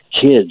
kids